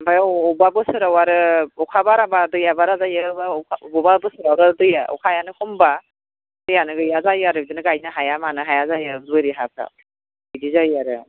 ओमफ्राय अबेबा बोसोराव आरो अखा बाराब्ला दैया बारा जायो अबेबा बोसोराव आरो दैया अखायानो खमब्ला दैयानो गैया जायो आरो बिदिनो गायनो हाया मानो हाया जायो बोरि हाफ्राव बिदि जायो आरो